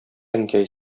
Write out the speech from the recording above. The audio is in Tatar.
әнкәй